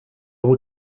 all